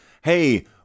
hey